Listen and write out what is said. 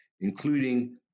including